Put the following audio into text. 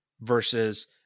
versus